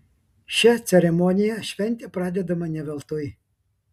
šia ceremonija šventė pradedama ne veltui